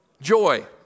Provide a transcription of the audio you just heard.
Joy